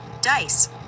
dice